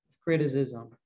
criticism